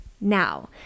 now